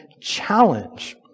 challenge